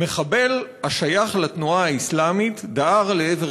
"מחבל השייך לתנועה האסלאמית דהר לעבר